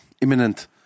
imminent